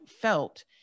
felt